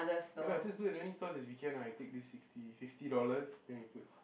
ya lah just do as many stores as we can lah we take this sixty fifty dollars then we put